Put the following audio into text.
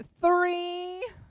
three